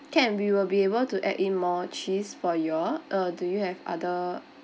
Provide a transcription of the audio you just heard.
can we will be able to add in more cheese for you all uh do you have other